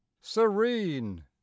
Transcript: serene